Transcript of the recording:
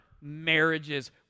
marriages